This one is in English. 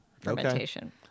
fermentation